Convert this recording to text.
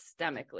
systemically